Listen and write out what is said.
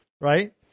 right